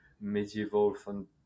medieval